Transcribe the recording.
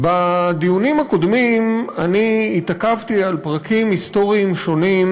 בדיונים הקודמים אני התעכבתי על פרקים היסטוריים שונים